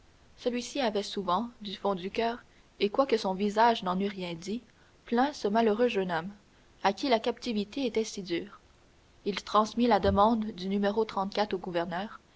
celui-ci avait souvent du fond du coeur et quoique son visage n'en eût rien dit plaint ce malheureux jeune homme à qui la captivité était si dure il transmit la demande du numéro au gouverneur